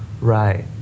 Right